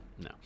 No